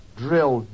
drill